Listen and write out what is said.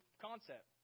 concept